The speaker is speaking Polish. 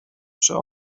przy